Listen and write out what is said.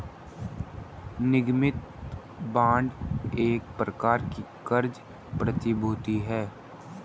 निगमित बांड एक प्रकार की क़र्ज़ प्रतिभूति है